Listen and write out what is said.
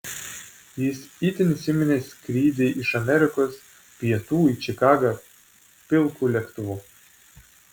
jis itin įsiminė skrydį iš amerikos pietų į čikagą pilku lėktuvu